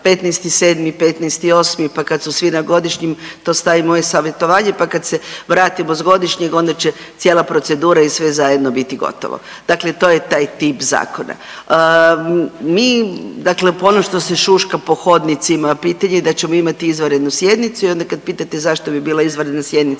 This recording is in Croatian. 15.7., 15.8. pa kad su svi na godišnjem to stavimo u e-savjetovanje pa kad se vratimo s godišnjeg onda će cijela procedura i sve zajedno biti gotovo. Dakle, to je taj tip zakona. Mi dakle, ono što se šuška po hodnicima, pitanje da ćemo imati izvanrednu sjednicu i onda kad pitate zašto bi bila izvanredna sjednica,